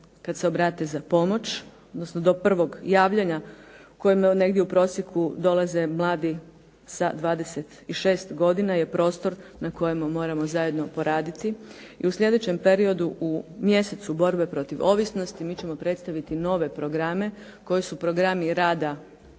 kad se obrate za pomoć, odnosno do prvog javljanja u kojemu negdje u prosjeku dolaze mladi sa 26 godina je prostor na kojemu moramo zajedno poraditi. I u slijedećem periodu, u mjesecu borbe protiv ovisnosti mi ćemo predstaviti nove programe koji su programi rada